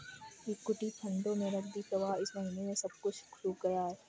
equity फंडों में नकदी प्रवाह इस महीने सब कुछ सूख गया है